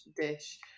dish